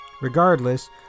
Regardless